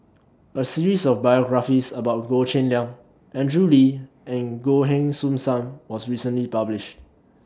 A series of biographies about Goh Cheng Liang Andrew Lee and Goh Heng Soon SAM was recently published